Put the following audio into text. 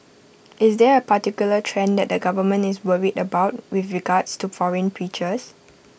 is there A particular trend that the government is worried about with regards to foreign preachers